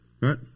right